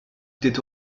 était